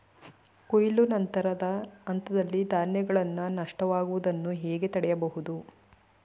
ಕೊಯ್ಲು ನಂತರದ ಹಂತದಲ್ಲಿ ಧಾನ್ಯಗಳ ನಷ್ಟವಾಗುವುದನ್ನು ಹೇಗೆ ತಡೆಯಬಹುದು?